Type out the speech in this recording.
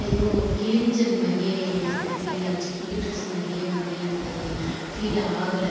ஏதோ கிழிஞ்சது மாதிரியே எனக்கு ஃபீல் ஆச்சு புது டிரெஸ் மாதிரியே வந்து எனக்கு அது ஃபீல் ஆகலை